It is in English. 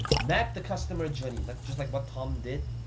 map the customer journey, like just like what tom did.